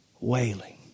wailing